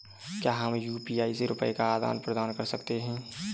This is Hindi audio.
क्या हम यू.पी.आई से रुपये का आदान प्रदान कर सकते हैं?